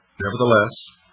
nevertheless,